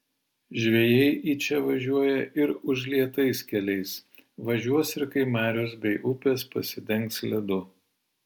žvejai į čia važiuoja ir užlietais keliais važiuos ir kai marios bei upės pasidengs ledu